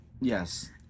Yes